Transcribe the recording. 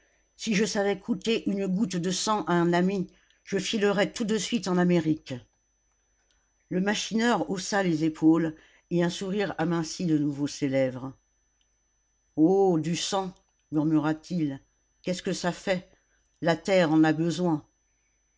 si je savais coûter une goutte de sang à un ami je filerais tout de suite en amérique le machineur haussa les épaules et un sourire amincit de nouveau ses lèvres oh du sang murmura-t-il qu'est-ce que ça fait la terre en a besoin